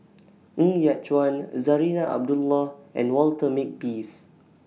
Ng Yat Chuan Zarinah Abdullah and Walter Makepeace